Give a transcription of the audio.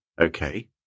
okay